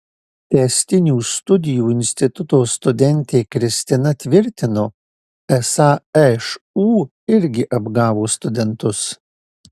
tęstinių studijų instituto studentė kristina tvirtino esą šu irgi apgavo studentus